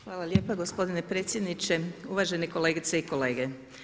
Hvala lijepa gospodine predsjedniče, uvažene kolegice i kolege.